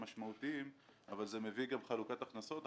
משמעותיים אלא זה מביא גם חלוקת הכנסות.